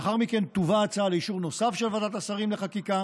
לאחר מכן תובא ההצעה לאישור נוסף של ועדת השרים לחקיקה